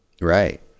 Right